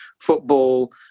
football